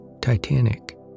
Titanic